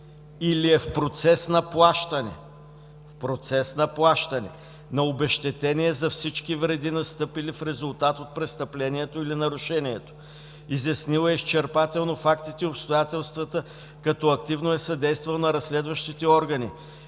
или е в процес на плащане на обезщетение за всички вреди, настъпили в резултат от престъплението или нарушението, изяснил е изчерпателно фактите и обстоятелствата, като активно е съдействал на разследващите органи